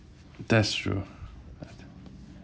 that's true